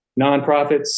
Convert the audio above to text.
nonprofits